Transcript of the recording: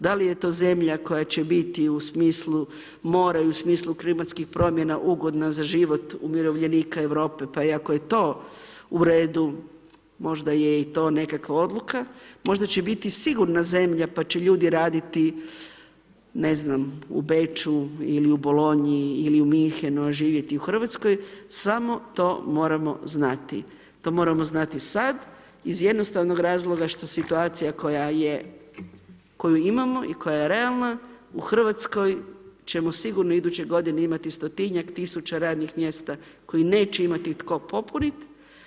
Da li je to zemlja koja će biti u smislu mora i u smislu klimatskih promjena ugodna za život umirovljenika Europe, pa ako je to u redu, možda je i to nekakva odluka, možda će biti i sigurna zemlja, pa će ljudi raditi ne znam u Beču ili u Bolonji ili u Münchenu, a živjeti u Hrvatskoj, samo to moramo znati, to moramo znati sada, iz jednostavnog razloga, što situacija, koja je, koju imamo i koja je realna u Hrvatskoj ćemo sigurno iduće g. imati stotinjak tisuća radnih mjesta, koje neće imati tko popuniti.